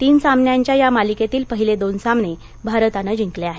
तीन सामन्यांच्या या मालिकेतील पहिले दोन सामने भारतानं जिंकले आहेत